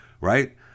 right